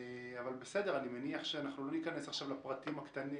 אבל אני מניח שלא ניכנס עכשיו לפרטים הקטנים